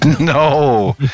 No